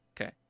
Okay